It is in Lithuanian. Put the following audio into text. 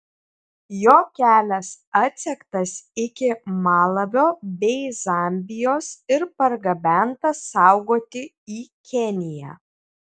jo kelias atsektas iki malavio bei zambijos ir pargabentas saugoti į keniją